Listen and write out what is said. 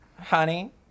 Honey